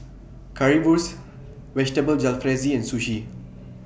Currywurst Vegetable Jalfrezi and Sushi